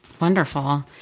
Wonderful